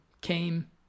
came